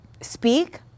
speak